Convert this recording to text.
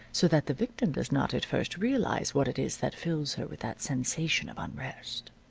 so that the victim does not at first realize what it is that fills her with that sensation of unrest.